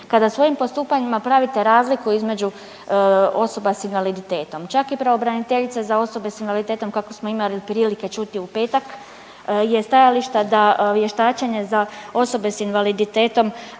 kada svojim postupanjima pravite razliku između osoba sa invaliditetom? Čak i pravobraniteljica za osobe sa invaliditetom kako smo imali prilike čuti u petak je stajališta da vještačenje za osobe sa invaliditetom